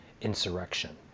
insurrection